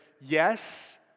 yes